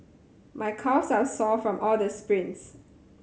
my calves are sore from all the sprints